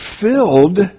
filled